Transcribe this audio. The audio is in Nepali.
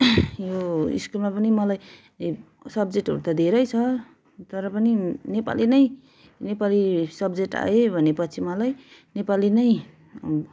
यो स्कुलमा पनि मलाई सब्जेक्टहरू त धेरै छ तर पनि नेपाली नै नेपाली सब्जेक्ट आयो है भनेपछि मलाई नेपाली नै